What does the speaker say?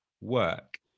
work